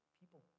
people